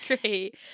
great